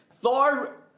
Thor